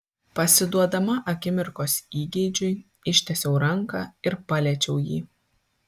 pasiduodama akimirkos įgeidžiui ištiesiau ranką ir paliečiau jį